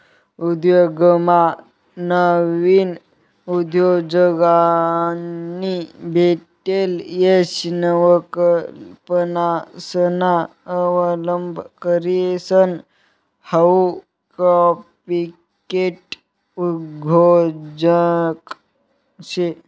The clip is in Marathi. उद्योगमा नाविन उद्योजकांनी भेटेल यश नवकल्पनासना अवलंब करीसन हाऊ कॉपीकॅट उद्योजक शे